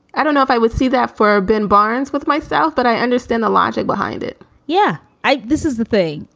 i don't know if i would see that for ben barnes with myself, but i understand the logic behind it yeah. this is the thing.